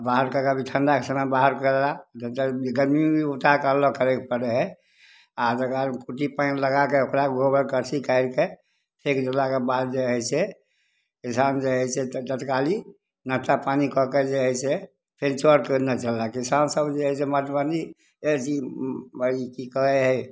बाहर कऽ कऽ अभी ठण्डाके समयमे बाहर करलाह जब गरमी गरमी उरमी उठाके अलग करैके पड़ै हइ आओर तकरा बाद कुट्टी पानि लगाके ओकरा गोबर करसी काढ़िके फेकि देलाके बाद जे हइ से किसान जे हइ से तत्काली नश्ता पानी कऽ कऽ जे हइ से फेर चरके ओन्ने चललाह किसानसभ जे हइ से मधुबनी अइ कि कहै हइ